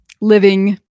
living